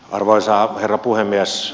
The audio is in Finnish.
arvoisa herra puhemies